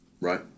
Right